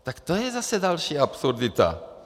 Tak to je zase další absurdita, ano.